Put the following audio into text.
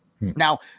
Now